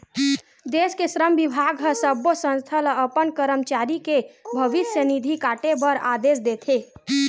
देस के श्रम बिभाग ह सब्बो संस्था ल अपन करमचारी के भविस्य निधि काटे बर आदेस देथे